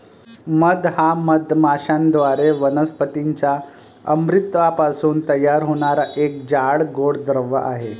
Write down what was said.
मध हा मधमाश्यांद्वारे वनस्पतीं च्या अमृतापासून तयार होणारा एक जाड, गोड द्रव आहे